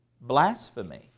blasphemy